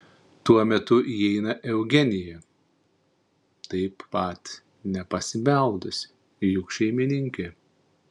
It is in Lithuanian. tuo metu įeina eugenija taip pat nepasibeldusi juk šeimininkė